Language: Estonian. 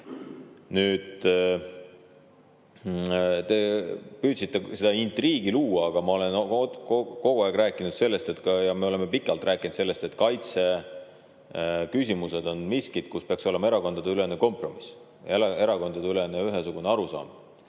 vaja. Te püüdsite intriigi luua, aga mina olen kogu aeg rääkinud sellest ja meie oleme pikalt rääkinud sellest, et kaitseküsimused on miski, kus peaks olema erakondadeülene kompromiss ja erakondadeülene ühesugune arusaam.